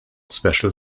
special